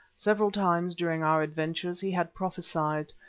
several times during our adventures he had prophesied,